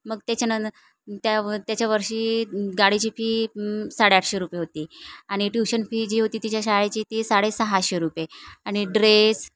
मग त्याच्यानं त्या त्याच्या वर्षी गाडीची फी साडेआठशे रुपये होती आणि ट्यूशन फी जी होती तिच्या शाळेची ती साडे सहाशे रुपये आणि ड्रेस